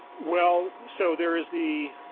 well so there is the